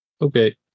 Okay